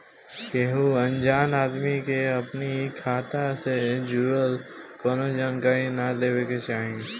केहू अनजान आदमी के अपनी खाता से जुड़ल कवनो जानकारी ना देवे के चाही